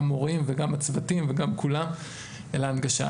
גם מורים וגם הצוותים וגם כולם אל ההנגשה.